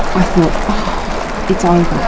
i thought um ah it's ah over,